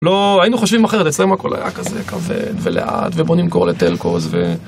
לא, היינו חושבים אחרת, אצלם הכל היה כזה כבד ולאט, ובוא נמכור לטלקוס ו...